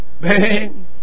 Bang